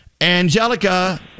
Angelica